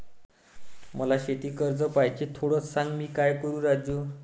मला शेती कर्ज पाहिजे, थोडं सांग, मी काय करू राजू?